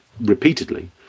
repeatedly